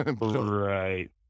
right